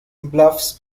bluffs